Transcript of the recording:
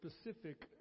specific